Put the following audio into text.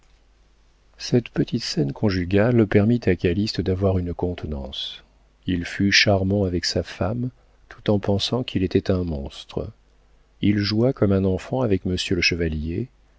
cette petite scène conjugale permit à calyste d'avoir une contenance il fut charmant avec sa femme tout en pensant qu'il était un monstre il joua comme un enfant avec monsieur le chevalier